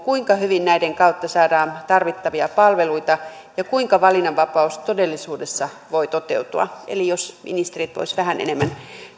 kuinka hyvin näiden kautta saadaan tarvittavia palveluita ja kuinka valinnanvapaus todellisuudessa voi toteutua eli jos ministerit voisivat vähän enemmän